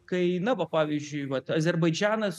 kai na va pavyzdžiui vat azerbaidžanas